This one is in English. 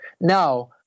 Now